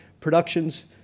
productions